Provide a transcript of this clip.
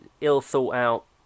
ill-thought-out